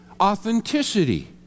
authenticity